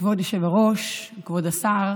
כבוד היושב-ראש, כבוד השר,